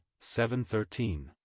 713